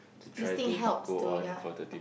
this thing helps to ya